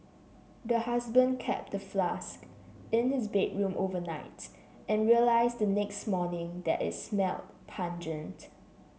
the husband kept the flask in his bedroom overnight and realised the next morning that it smelt pungent